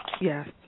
Yes